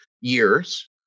years